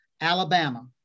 Alabama